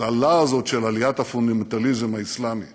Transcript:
של עליית הפונדמנטליזם האסלאמי